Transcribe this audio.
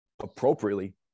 appropriately